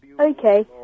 Okay